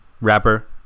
rapper